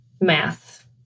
math